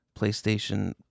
PlayStation